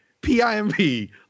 P-I-M-P